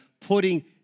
putting